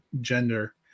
gender